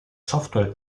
software